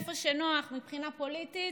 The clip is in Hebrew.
איפה שנוח מבחינה פוליטית,